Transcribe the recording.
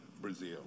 Brazil